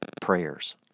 prayers